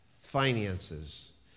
finances